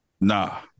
Nah